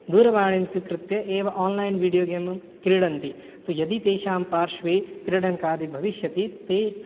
दूरवाणीं स्वीकृत्य एव आन्लैन् विडियो गेमं क्रीडन्ति तु यदि तेषां पार्श्वे क्रीडनकादि भविष्यति ते